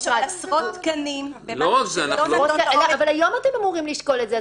אתם אמורים היום לשקול את זה.